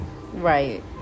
right